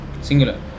singular